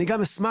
ואני גם אשמח,